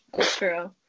True